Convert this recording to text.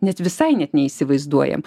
net visai net neįsivaizduojam